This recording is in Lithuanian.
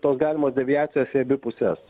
tos galimos deviacijos į abi puses